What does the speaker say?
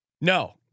No